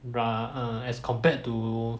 ra~ uh as compared to